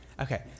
Okay